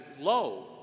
low